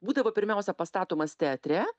būdavo pirmiausia pastatomas teatre